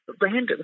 random